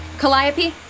Calliope